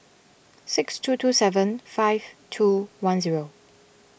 six two two seven five two one zero